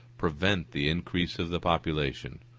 prevent the increase of the population,